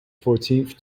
fourteenth